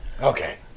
Okay